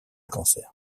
cancer